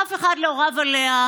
אף אחד לא רב עליה,